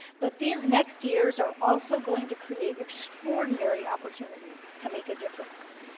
but these next years are also going to create extraordinary opportunities to make a difference.